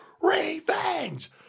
Revenge